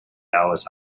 ellis